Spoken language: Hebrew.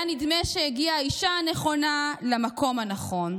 היה נדמה שהגיעה האישה הנכונה למקום הנכון,